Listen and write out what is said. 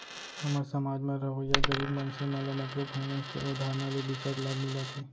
हमर समाज म रहवइया गरीब मनसे मन ल माइक्रो फाइनेंस के अवधारना ले बिकट लाभ मिलत हे